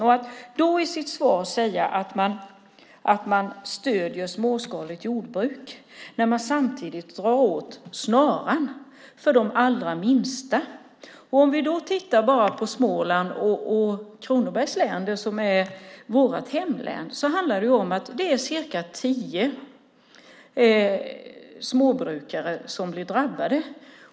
Jordbruksministern sade i sitt svar att han stöder småskaligt jordbruk samtidigt som han drar åt snaran för de allra minsta. Låt oss titta på Småland och Kronobergs län - vårt hemlän. Det handlar om cirka tio drabbade småbrukare.